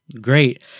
Great